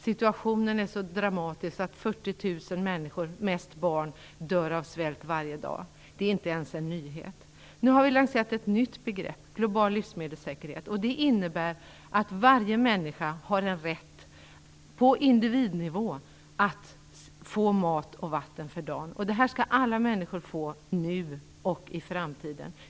Situationen är så dramatisk att 40 000 människor, mest barn, dör av svält varje dag. Det är inte ens en nyhet. Nu har vi lanserat ett nytt begrepp, global livsmedelssäkerhet, vilket innebär att varje människa har en rätt på individnivå att få mat och vatten för dagen. Detta skall alla människor få nu och i framtiden.